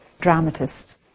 dramatist